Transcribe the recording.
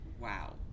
Wow